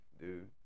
dude